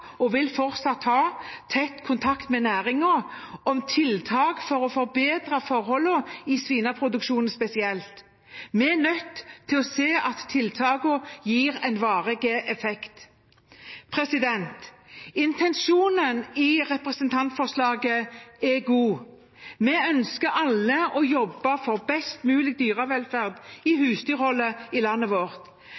og vil fortsatt ha tett kontakt med næringen om tiltak for å forbedre forholdene – i svineproduksjonen spesielt. Vi er nødt til å se at tiltakene gir en varig effekt. Intensjonen i representantforslaget er god. Vi ønsker alle å jobbe for best mulig dyrevelferd i